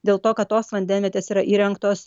dėl to kad tos vandenvietės yra įrengtos